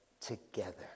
together